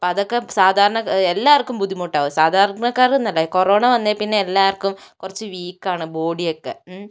അപ്പം അതൊക്കെ സാധാര എല്ലാവർക്കും ബുദ്ധിമുട്ടാകും സാധാരണക്കാർക്ക് എന്നല്ല കൊറോണ വന്നേ പിന്നെ എല്ലാവർക്കും കുറച്ച് വീക്കാണ് ബോഡി ഒക്കെ മ്